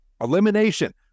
Elimination